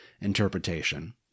interpretation